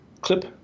clip